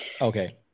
Okay